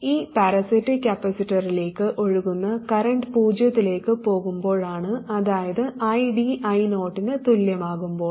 ഈ പാരാസൈറ്റിക് കപ്പാസിറ്ററിലേക്ക് ഒഴുകുന്ന കറന്റ് പൂജ്യത്തിലേക്ക് പോകുമ്പോഴാണ് അതായത് ID I0 ന് തുല്യമാകുമ്പോൾ